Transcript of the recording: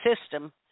system